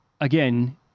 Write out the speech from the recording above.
again